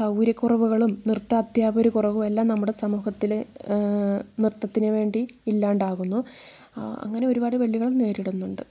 സൗകര്യക്കുറവുകളും നൃത്ത്യ അധ്യാപകർ കുറവും എല്ലാം നമ്മുടെ സമൂഹത്തിൽ നൃത്തത്തിന് വേണ്ടി ഇല്ലാണ്ടാവുന്നു അങ്ങനെ ഒരുപാട് വെല്ലുകളും നേരിടുന്നുണ്ട്